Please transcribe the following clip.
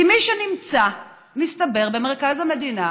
כי מי שנמצא, מסתבר, במרכז המדינה,